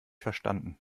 verstanden